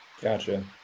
Gotcha